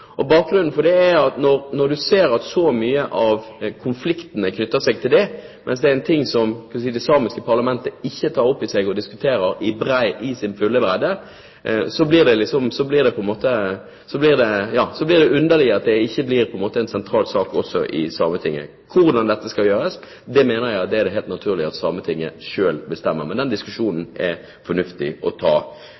reindrift. Bakgrunnen for det er: Når man ser at så mange konflikter er knyttet opp til det, mens det er noe som det samiske parlamentet ikke tar opp og diskuterer i sin fulle bredde, er det underlig at det ikke blir en sentral sak også i Sametinget. Hvordan dette skal gjøres, mener jeg at det er helt naturlig at Sametinget selv bestemmer. Men den diskusjonen